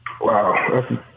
Wow